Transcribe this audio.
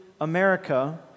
America